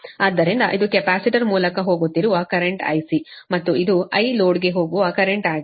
ಆದ್ದರಿಂದ ಇದು ಕೆಪಾಸಿಟರ್ ಮೂಲಕ ಹೋಗುತ್ತಿರುವ ಕರೆಂಟ್ IC ಮತ್ತು ಇದು I ಲೋಡ್ಗೆ ಹೋಗುವ ಕರೆಂಟ್ ಆಗಿದೆ